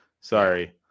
Sorry